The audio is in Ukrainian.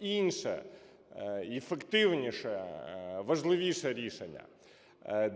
інше ефективніше, важливіше рішення.